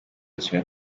kimwe